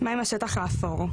מה עם השטח האפור?